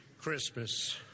christmas